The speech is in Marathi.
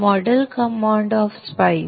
model command of spice